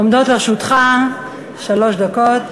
עומדות לרשותך שלוש דקות.